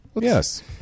Yes